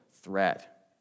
threat